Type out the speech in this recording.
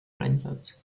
einsatz